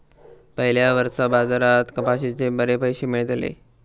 पयल्या वर्सा बाजारात कपाशीचे बरे पैशे मेळलले